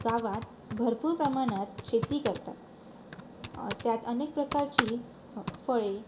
गावात भरपूर प्रमाणात शेती करतात त्यात अनेक प्रकारची फळे